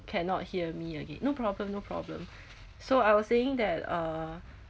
cannot hear me again no problem no problem so I was saying that uh